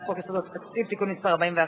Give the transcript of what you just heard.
חוק יסודות התקציב (תיקון מס' 41),